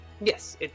Yes